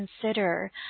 consider